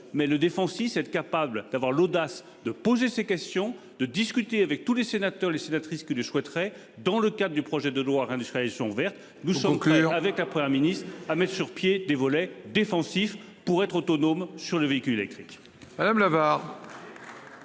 mais le défensif, être capable d'avoir l'audace de poser ses questions de discuter avec tous les sénateurs et les sénatrices que souhaiterait, dans le cadre du projet de loi sont vertes. Nous sommes clairs avec la Première ministre a met sur pied des volet défensif pour être autonome sur le véhicule électrique.